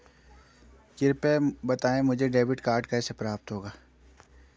कृपया बताएँ मुझे डेबिट कार्ड कैसे प्राप्त होगा?